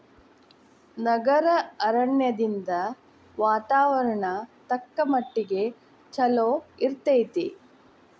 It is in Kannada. ನಗರ ಅರಣ್ಯದಿಂದ ವಾತಾವರಣ ತಕ್ಕಮಟ್ಟಿಗೆ ಚಲೋ ಇರ್ತೈತಿ